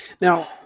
Now